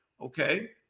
okay